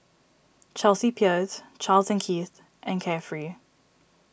Chelsea Peers Charles and Keith and Carefree